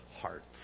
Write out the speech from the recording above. hearts